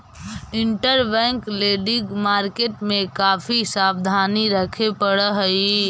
interbank lending market में काफी सावधानी रखे पड़ऽ हई